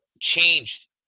changed